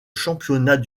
championnat